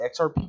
XRP